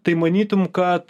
tai manytum kad